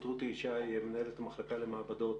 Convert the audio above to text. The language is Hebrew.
רותי ישי, מנהלת המחלקה למעבדות